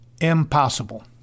impossible